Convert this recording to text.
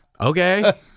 Okay